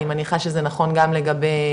אני מנחה שזה נכון גם ג'וליס,